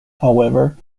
however